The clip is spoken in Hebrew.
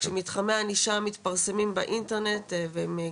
שמתחמי הענישה מתפרסמים באינטרנט, והם גלויים.